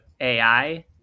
AI